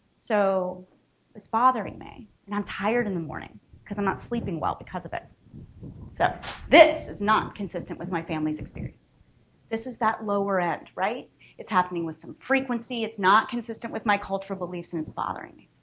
so it's bothering me and i'm tired in the morning because i'm not sleeping well because of it so this is not consistent with my family's experience this is that lower-end right it's happening with some frequency it's not consistent with my cultural beliefs and it's bothering me